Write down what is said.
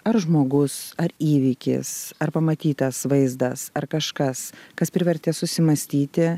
ar žmogus ar įvykis ar pamatytas vaizdas ar kažkas kas privertė susimąstyti